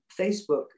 Facebook